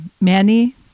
manny